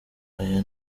aya